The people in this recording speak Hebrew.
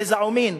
גזע ומין.